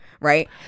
Right